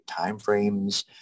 timeframes